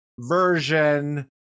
version